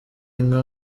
nka